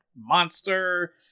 monster